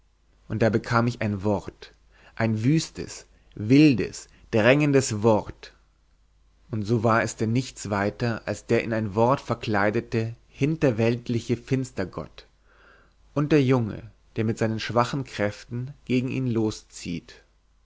und da bekam ich ein wort ein wüstes wildes drängendes wort und so war es denn wieder nichts weiter als der in ein wort verkleidete hinterweltliche finstergott und der junge der mit seinen schwachen kräften gegen ihn loszieht